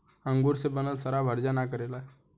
अंगूर से बनल शराब हर्जा ना करेला